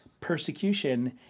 persecution